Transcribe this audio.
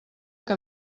que